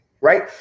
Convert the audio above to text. right